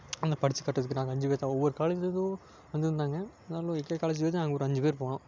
அங்கே படித்து காட்டுறதுக்கு நாங்கள் அஞ்சு பேர் தான் ஒவ்வொரு காலேஜிலேருந்தும் வந்திருந்தாங்க ஆனாலும் எங்கள் காலேஜில் இருந்து நாங்கள் ஒரு அஞ்சு பேர் போனோம்